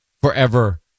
forever